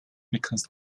because